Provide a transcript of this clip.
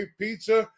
pizza